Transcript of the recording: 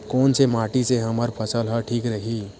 कोन से माटी से हमर फसल ह ठीक रही?